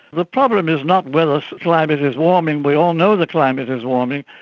the problem is not whether climate is warming, we all know the climate is warming,